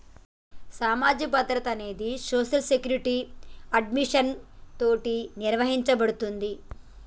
సామాజిక భద్రత అనేది సోషల్ సెక్యురిటి అడ్మినిస్ట్రేషన్ తోటి నిర్వహించబడుతుంది